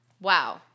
Wow